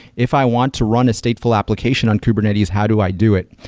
if i want to run a stateful application on kubernetes, how do i do it?